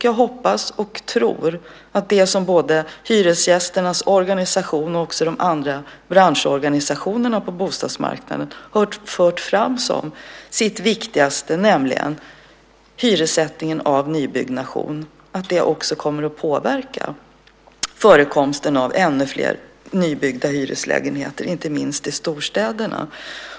Jag hoppas och tror att det som både hyresgästernas organisation och också de andra branschorganisationerna på bostadsmarknaden har fört fram som det de tycker är viktigast, nämligen hyressättningen av nybyggnation, också kommer att påverka förekomsten av ännu fler nybyggda hyreslägenheter, inte minst i storstäderna.